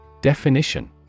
Definition